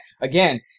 again